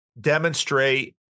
demonstrate